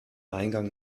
eingang